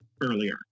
earlier